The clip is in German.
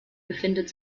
befindet